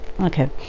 okay